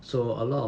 so a lot of